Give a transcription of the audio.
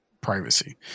privacy